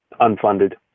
unfunded